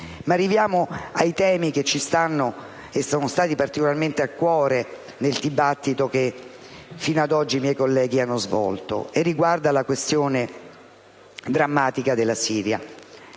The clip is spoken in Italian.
Arriviamo ai temi che ci stanno e sono stati particolarmente a cuore nel dibattito che fino ad ora i miei colleghi hanno svolto. Mi riferisco alla situazione drammatica della Siria.